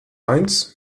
eins